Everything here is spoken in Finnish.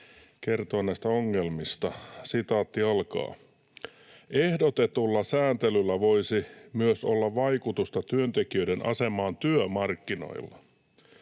kertoa näistä ongelmista: ”Ehdotetulla sääntelyllä voisi myös olla vaikutusta työntekijöiden asemaan työmarkkinoilla.